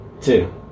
Two